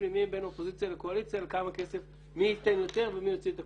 פנימיים בין אופוזיציה לקואליציה מי ייתן יותר ומי יוצא את הכותרת.